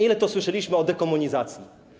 Ile to słyszeliśmy o dekomunizacji.